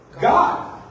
God